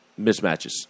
mismatches